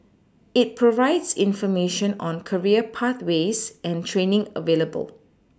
it provides information on career pathways and training available